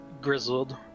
grizzled